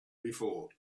before